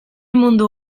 mundu